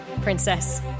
princess